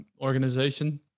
organization